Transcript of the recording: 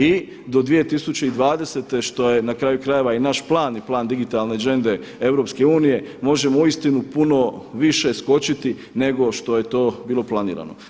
I do 2020. što je na kraju krajeva i naš plan i plan digitalne Agende EU možemo uistinu puno više skočiti nego što je to bilo planirano.